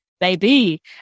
baby